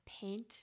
paint